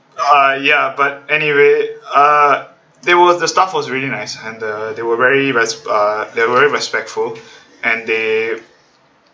uh ya but anyway uh they were the staff was really nice and uh they were very res~ they're very respectful and they